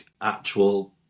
actual